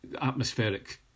atmospheric